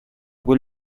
quel